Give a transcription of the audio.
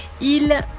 Il